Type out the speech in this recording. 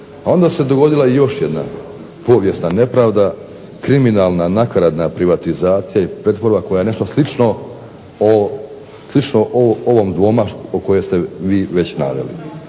onda se dogodila i još jedna povijesna nepravda kriminalna nakaradna privatizacija i pretvorba koja je nešto slično ovom dvoma o kojoj ste vi već naveli.